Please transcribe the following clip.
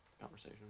conversation